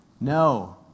No